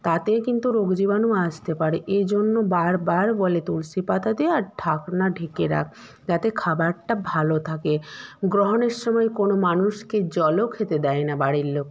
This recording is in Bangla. তাতে কিন্তু রোগ জীবাণু আসতে পারে এজন্য বারবার বলে তুলসী পাতা দিয়ে আর ঢাকনা ঢেকে রাখ যাতে খাবারটা ভালো থাকে গ্রহণের সময় কোনো মানুষকে জলও খেতে দেয় না বাড়ির লোক